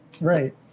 Right